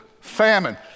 famine